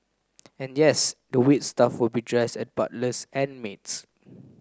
and yes the wait staff will be dressed as butlers and maids